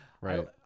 Right